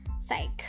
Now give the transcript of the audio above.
psych